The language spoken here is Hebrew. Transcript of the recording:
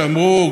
שאמרו,